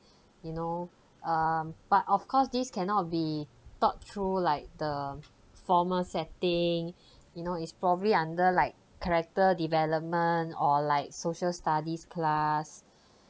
you know um but of course this cannot be taught through like the formal setting you know is probably under like character development or like social studies class